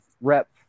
rep